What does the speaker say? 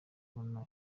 kubona